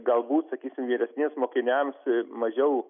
galbūt sakysim vyresnies mokiniams mažiau